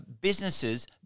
businesses